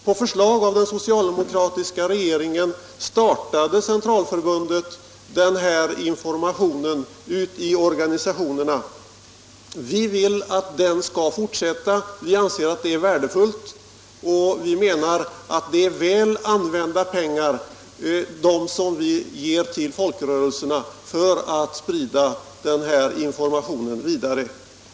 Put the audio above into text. På förslag av den socialdemokratiska regeringen startade Centralförbundet den här informationen i organisationerna. Vi vill att den skall fortsätta, vi anser att den är värdefull, och vi menar att de pengar som vi ger till folkrörelserna är väl använda för att sprida den här informationen vidare.